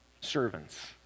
servants